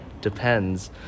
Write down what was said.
depends